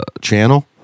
channel